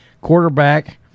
quarterback